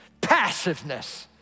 Passiveness